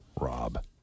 rob